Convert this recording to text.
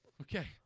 Okay